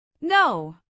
No